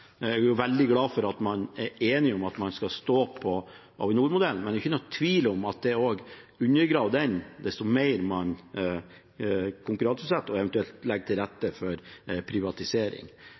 Jeg er veldig glad for at man er enige om at man skal stå på Avinor-modellen. Men det er ingen tvil om at det også undergraver den dess mer man konkurranseutsetter og eventuelt legger til rette for privatisering.